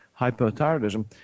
hypothyroidism